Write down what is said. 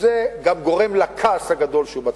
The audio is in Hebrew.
וזה גם גורם לכעס הגדול שבציבור,